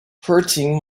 hurting